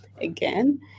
again